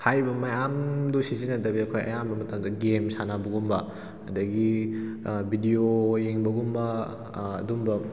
ꯍꯥꯏꯔꯤꯕ ꯃꯌꯥꯝꯗꯨ ꯁꯤꯖꯤꯟꯅꯗꯕꯤꯗ ꯑꯩꯈꯣꯏ ꯑꯌꯥꯝꯕ ꯃꯇꯝꯗ ꯒꯦꯝ ꯁꯥꯟꯅꯕꯒꯨꯝꯕ ꯑꯗꯒꯤ ꯕꯤꯗꯤꯑꯣ ꯌꯦꯡꯕꯒꯨꯝꯕ ꯑꯗꯨꯒꯨꯝꯕ